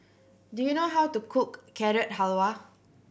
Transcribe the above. do you know how to cook Carrot Halwa